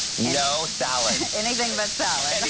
no salad! anything but salad.